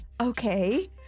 okay